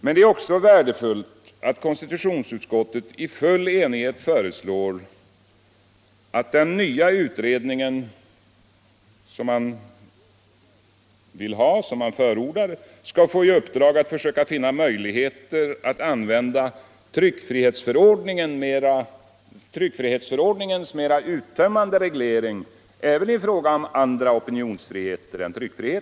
Men det är också värdefullt att konstitutionsutskottet i full enighet föreslår, att den nya utredning som förordas skall få i uppdrag att försöka finna möjligheter att använda tryckfrihetsförordningens mera uttömmande reglering även i fråga om andra opinionsfriheter än tryckfriheten.